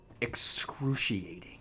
excruciating